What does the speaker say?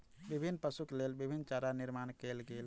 विभिन्न पशुक लेल विभिन्न चारा निर्माण कयल गेल